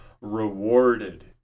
rewarded